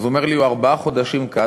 הוא אומר לי: הוא ארבעה חודשים כאן,